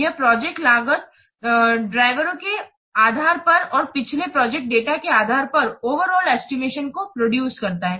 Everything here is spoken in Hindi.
यह प्रोजेक्ट लागत ड्राइवरों के आधार पर और पिछले प्रोजेक्ट डेटा के आधार पर ओवरआल एस्टीमेशन को प्रोडूस करता है